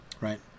right